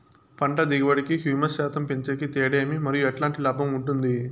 పంట దిగుబడి కి, హ్యూమస్ శాతం పెంచేకి తేడా ఏమి? మరియు ఎట్లాంటి లాభం ఉంటుంది?